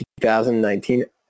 2019